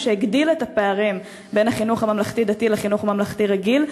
מה שהגדיל את הפערים בין החינוך הממלכתי-דתי לחינוך ממלכתי רגיל,